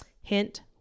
hint